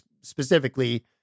specifically